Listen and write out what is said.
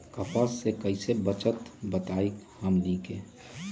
कपस से कईसे बचब बताई हमनी के?